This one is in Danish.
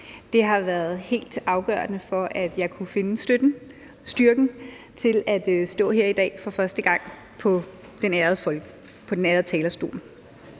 Det har været helt afgørende for, at jeg har kunnet finde styrken til at stå her i dag for første gang på den ærede talerstol.